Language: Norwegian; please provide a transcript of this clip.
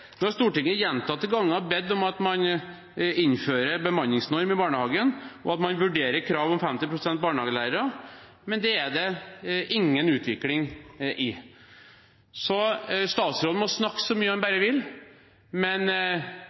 har gjentatte ganger bedt om at man innfører bemanningsnorm i barnehagen, og at man vurderer krav om 50 pst. barnehagelærere, men der er det ingen utvikling. Så statsråden må snakke så mye han bare vil, men